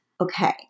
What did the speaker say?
okay